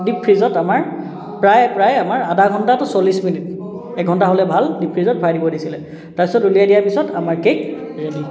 দীপ ফ্ৰীজত আমাৰ প্ৰায় প্ৰায় আমাৰ আধা ঘণ্টা টু চল্লিছ মিনিট এঘণ্টা হ'লে ভাল দীপ ফ্ৰীজত ভৰাই দিব দিছিলে তাৰপিছত ওলিয়াই দিয়া পিছত আমাৰ কে'ক ৰে'ডী